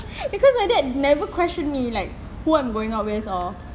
because my dad never questioned me like who I'm going out with or